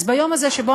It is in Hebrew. אז ביום הזה שבו